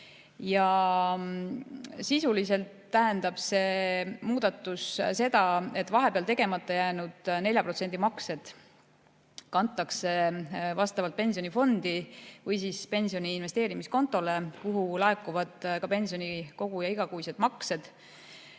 Sisuliselt tähendab see muudatus seda, et vahepeal tegemata jäänud 4% maksed kantakse vastavalt pensionifondi või pensioni investeerimiskontole, kuhu laekuvad ka pensionikoguja igakuised maksed.